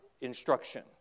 instruction